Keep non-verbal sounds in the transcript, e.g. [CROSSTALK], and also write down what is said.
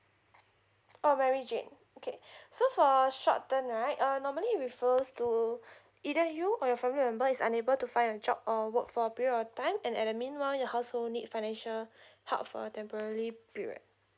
oh mary jane okay [BREATH] so for short term right uh normally refers to [BREATH] either you or your family member is unable to find a job or work for a period of time and at the meanwhile your household need financial [BREATH] help for temporary period